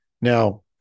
Now